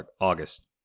August